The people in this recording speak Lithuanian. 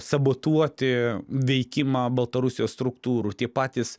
sabotuoti veikimą baltarusijos struktūrų tie patys